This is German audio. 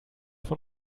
von